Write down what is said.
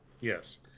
Yes